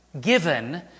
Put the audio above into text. given